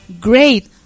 great